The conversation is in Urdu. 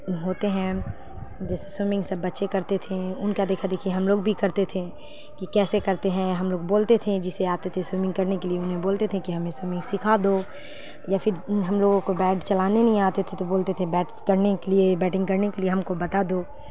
ہوتے ہیں جیسے سوئمنگ سب بچے کرتے تھے ان کا دیکھا دیکھی ہم لوگ بھی کرتے تھے کہ کیسے کرتے ہیں ہم لوگ بولتے تھے جسے آتے تھے سوئمنگ کرنے کے لیے انہیں بولتے تھے کہ ہمیں سوئمنگ سکھا دو یا پھر ہم لوگوں کو بیٹ چلانے نہیں آتے تھے تو بولتے تھے بیٹس کرنے کے لیے بیٹنگ کرنے کے لیے ہم کو بتا دو